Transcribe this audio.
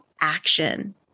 action